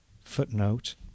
footnote